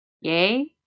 Yay